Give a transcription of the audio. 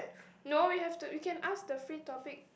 no we have to we can ask the free topic